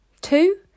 Two